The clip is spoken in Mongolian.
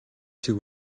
шиг